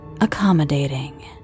Accommodating